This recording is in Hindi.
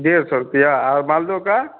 ढेड़ सौ रुपया और मालदेव का